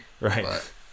right